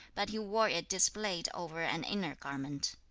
but he wore it displayed over an inner garment.